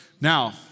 Now